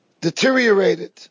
deteriorated